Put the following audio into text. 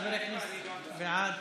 חברת הכנסת אימאן ח'טיב, בעד,